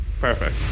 perfect